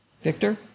Victor